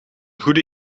goede